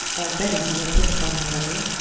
already he had hit upon that other.